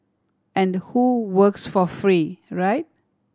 and who works for free right